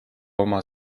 oma